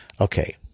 Okay